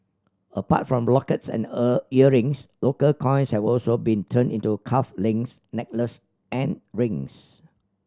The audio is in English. apart from the lockets and earn earrings local coins have also been turned into cuff links necklace and rings